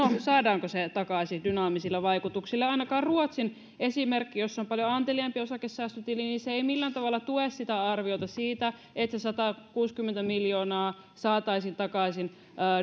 saadaanko se takaisin dynaamisilla vaikutuksilla ainakaan ruotsin esimerkki siellä on paljon anteliaampi osakesäästötili ei millään tavalla tue sitä arviota siitä että se satakuusikymmentä miljoonaa saataisiin takaisin